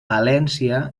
palència